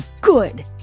Good